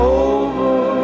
over